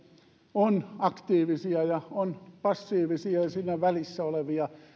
on aktiivisia ja on passiivisia ja siinä välissä olevia